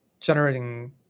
generating